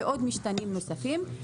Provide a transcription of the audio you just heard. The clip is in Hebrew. ומשתנים נוספים.